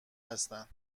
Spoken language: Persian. هستن